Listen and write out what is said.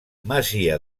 masia